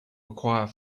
acquire